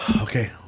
okay